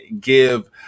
give